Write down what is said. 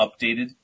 updated